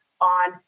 on